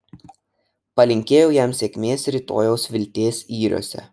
palinkėjau jam sėkmės rytojaus vilties yriuose